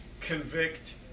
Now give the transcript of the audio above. convict